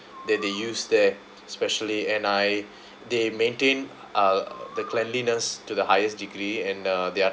that they use there especially and I they maintain uh the cleanliness to the highest degree and uh there're